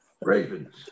Ravens